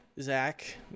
zach